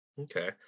Okay